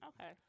Okay